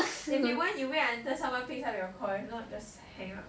if you want you just wait until someone pick up your call if not just hang up